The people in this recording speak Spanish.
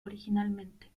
originalmente